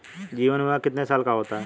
जीवन बीमा कितने साल का होता है?